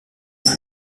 fut